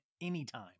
anytime